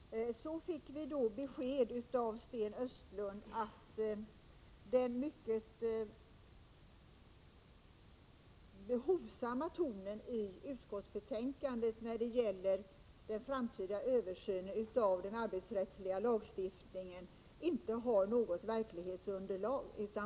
Herr talman! Så fick vi då besked av Sten Östlund om att den hovsamma tonen i utskottsbetänkandet när det gäller den framtida översynen av den arbetsrättsliga lagstiftningen inte har något verklighetsunderlag.